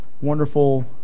wonderful